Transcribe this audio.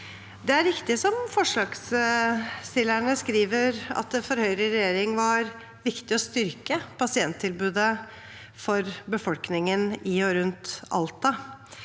forslagsstillerne skriver, at det for Høyre i regjering var viktig å styrke pasienttilbudet for befolkningen i og rundt Alta.